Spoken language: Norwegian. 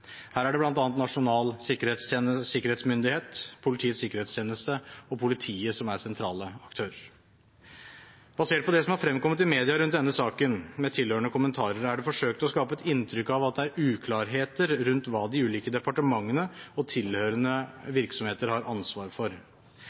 Her er det bl.a. Nasjonal sikkerhetsmyndighet, Politiets sikkerhetstjeneste og politiet som er sentrale aktører. Basert på det som er fremkommet i media i denne saken, med tilhørende kommentarer, er det forsøkt å skape et inntrykk av at det er uklarheter rundt hva de ulike departementene og tilhørende virksomheter har ansvar for.